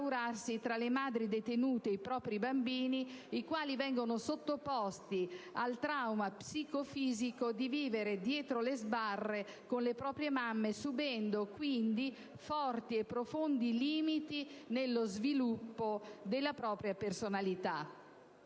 tra le madri-detenute e i propri bambini, i quali vengono sottoposti al trauma psicofisico di vivere dietro le sbarre con le proprie mamme subendo, quindi, forti e profondi limiti nello sviluppo della propria personalità.